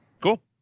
Cool